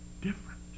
different